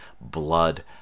blood